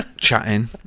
chatting